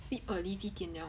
sleep early 几点 liao